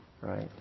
Right